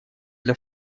для